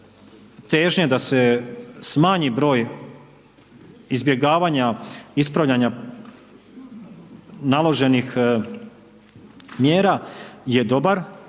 težnje da se smanji broj izbjegavanja, ispravljanja naloženih mjera je dobar,